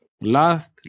last